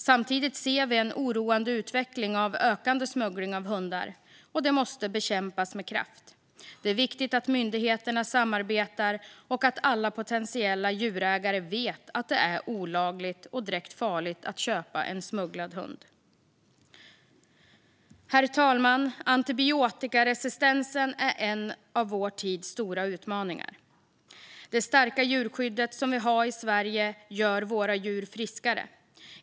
Samtidigt ser vi en oroande utveckling med ökande smuggling av hundar. Det måste bekämpas med kraft. Det är viktigt att myndigheterna samarbetar och att alla potentiella djurägare vet att det är olagligt och direkt farligt att köpa en smugglad hund. Herr talman! Antibiotikaresistensen är en av vår tids stora utmaningar. Det starka djurskyddet som vi har i Sverige gör våra djur friskare.